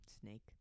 Snake